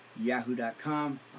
yahoo.com